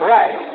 Right